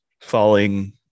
falling